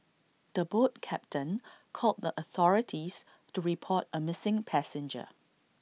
the boat captain called the authorities to report A missing passenger